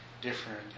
different